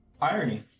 irony